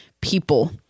people